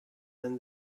than